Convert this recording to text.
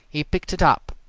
he picked it up.